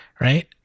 right